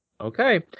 Okay